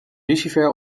lucifer